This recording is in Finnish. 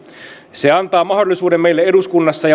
se antaa mahdollisuuden meille eduskunnassa